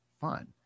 fun